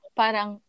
parang